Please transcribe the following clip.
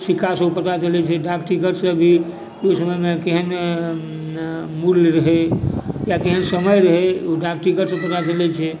सिक्कासँ ओ पता चलै छै डाक टिकटसँ भी ओइ समयमे केहन मूल्य रहै केहन समय रहै डाक टिकटसँ पता चलै छै